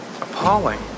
appalling